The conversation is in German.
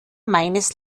meines